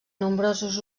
nombrosos